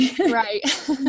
right